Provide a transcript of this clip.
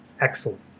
excellent